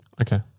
Okay